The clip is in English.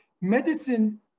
medicine